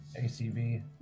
ACV